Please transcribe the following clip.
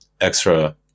extra